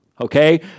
Okay